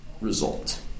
result